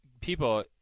people